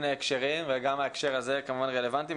בהקשרים שונים וכמובן שגם ההקשר הזה רלוונטי לה.